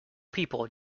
people